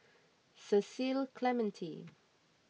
Cecil Clementi